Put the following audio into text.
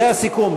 זה הסיכום.